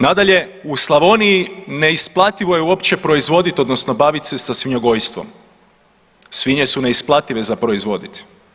Nadalje, u Slavoniji neisplativo je uopće proizvodit odnosno bavit se sa svinjogojstvom, svinje su neisplative za proizvoditi.